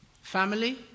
family